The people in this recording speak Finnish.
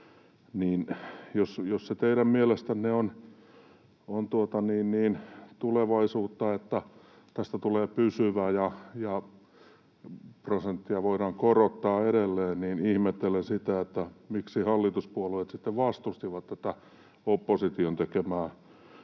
Jos teidän mielestänne on tulevaisuutta, että tästä tulee pysyvä ja prosenttia voidaan korottaa edelleen, niin ihmettelen sitä, miksi hallituspuolueet sitten vastustivat tätä opposition tekemää